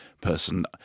person